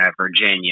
Virginia